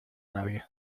nadie